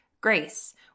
Grace